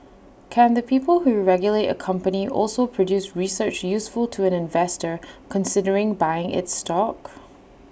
can the people who regulate A company also produce research useful to an investor considering buying its stock